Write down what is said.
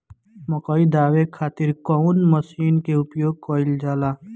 मकई दावे खातीर कउन मसीन के प्रयोग कईल जाला?